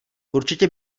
určitě